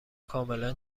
کاملا